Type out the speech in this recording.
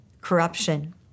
corruption